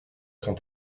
son